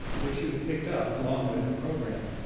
which you have picked up along with the program.